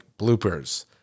bloopers